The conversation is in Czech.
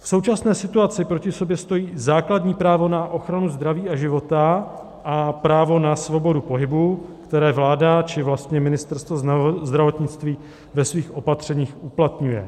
V současné situaci proti sobě stojí základní právo na ochranu zdraví a života a právo na svobodu pohybu, které vláda, či vlastně Ministerstvo zdravotnictví ve svých opatřeních uplatňuje.